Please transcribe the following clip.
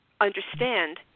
understand